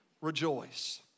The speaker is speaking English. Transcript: rejoice